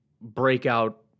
breakout